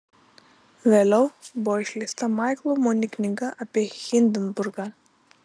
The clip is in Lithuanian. vėliau buvo išleista maiklo muni knyga apie hindenburgą